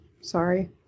Sorry